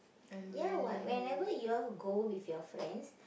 ya what whenever you all go with your friends